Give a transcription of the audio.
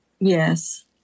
Yes